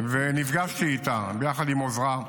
ונפגשתי איתה, ביחד עם עוזרה,